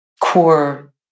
core